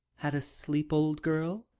had a sleep, old girl?